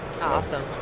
Awesome